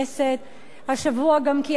השבוע גם קיימנו כנס